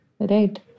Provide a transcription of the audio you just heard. Right